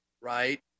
right